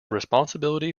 responsibility